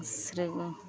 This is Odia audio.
ଶ୍ରୀ ଗୁ